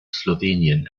slowenien